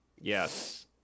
yes